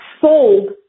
Sold